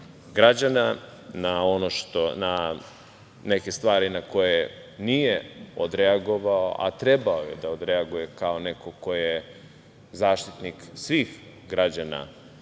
građana na neke stvari nije odreagovao a trebao je da odreaguje kao neko ko je Zaštitnik svih građana